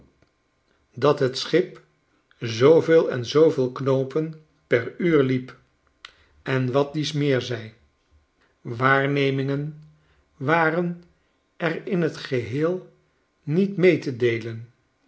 dat het schip zooveel en zooveel knoopen per uur hep en wat dies meer zij waarnemingen waren er in t geheel niet mee te deelen